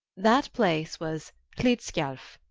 that place was hlidskjalf,